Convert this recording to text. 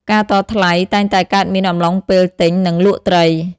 ការតថ្លៃតែងតែកើតមានអំឡុងពេលទិញ និង លក់ត្រី។